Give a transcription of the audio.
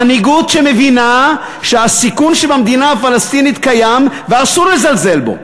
מנהיגות שמבינה שהסיכון שבמדינה הפלסטינית קיים ואסור לזלזל בו,